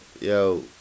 Yo